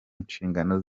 nshingano